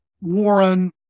Warren